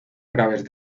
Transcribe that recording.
graves